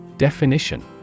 Definition